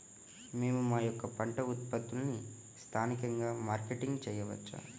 మేము మా యొక్క పంట ఉత్పత్తులని స్థానికంగా మార్కెటింగ్ చేయవచ్చా?